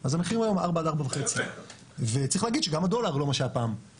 אז המחיר היום היה 4-4.5. וצריך להגיד שגם הדולר לא מה שהיה פעם,